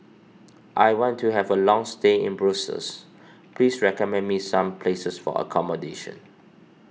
I want to have a long stay in Brussels please recommend me some places for accommodation